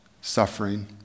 suffering